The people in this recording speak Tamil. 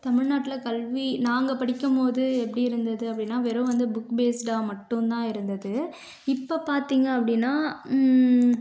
தமிழ்நாட்டில் கல்வி நாங்கள் படிக்கும் போது எப்படி இருந்துது அப்படின்னா வெறும் வந்து புக் பேஸ்டாக மட்டும் தான் இருந்துது இப்போ பார்த்திங்க அப்படின்னா